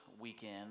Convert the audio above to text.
weekend